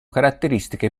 caratteristiche